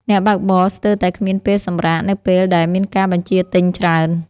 អ្នកបើកបរស្ទើរតែគ្មានពេលសម្រាក នៅពេលដែលមានការបញ្ជាទិញច្រើន។